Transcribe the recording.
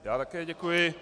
Já také děkuji.